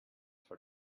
for